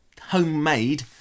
homemade